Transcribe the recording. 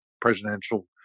Presidential